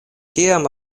kiam